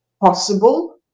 possible